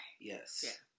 Yes